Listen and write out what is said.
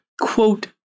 quote